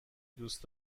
دوست